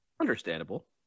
Understandable